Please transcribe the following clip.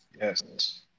Yes